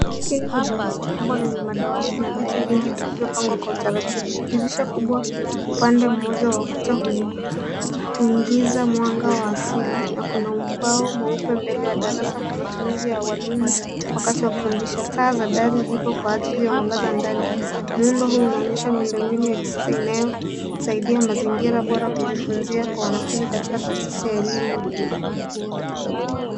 Chumba hiki ni darasa kubwa lenye madawati mengi yaliyopangwa kwa mpangilio wa kawaida. Kwenye upande mmoja kuna madawati makubwa, na dirisha linalowezesha mwanga wa asili kuingia. Sakafu ni ya mbao na kuna eneo la walimu lililopangwa kando ya darasa. Dari pia ipo ili kuruhusu mwanga kuingia ndani. Mandhari hii inaonyesha mpangilio wa kawaida wa chumba cha shule, unaosaidia katika mazingira bora ya kujifunzia kwa wanafunzi na kuimarisha mchakato wa elimu